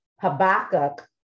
Habakkuk